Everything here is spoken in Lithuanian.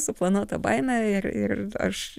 suplanuota baimė ir ir aš